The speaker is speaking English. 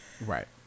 Right